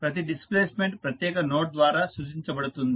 ప్రతి డిస్ప్లేస్మెంట్ ప్రత్యేక నోడ్ ద్వారా సూచించబడుతుంది